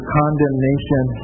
condemnation